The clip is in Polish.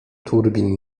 turbin